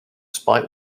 spite